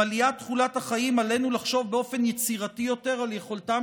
עם עליית תוחלת החיים עלינו לחשוב באופן יצירתי יותר על יכולתם